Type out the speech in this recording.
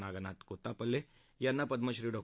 नागनाथ कोत्तापल्ले यांना पद्मश्री डॉ